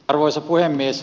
arvoisa puhemies